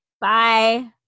Bye